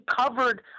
covered